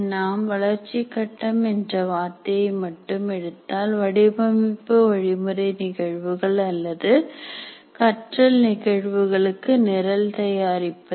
நாம் வளர்ச்சி கட்டம் என்ற வார்த்தையை மட்டும் எடுத்தால் வடிவமைப்பு வழிமுறை நிகழ்வுகள் அல்லது கற்றல் நிகழ்வுகளுக்கு நிரல் தயாரிப்பது